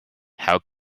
how